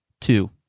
two